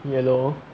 yellow